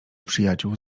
przyjaciół